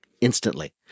instantly